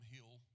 Hill